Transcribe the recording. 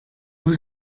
was